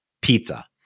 pizza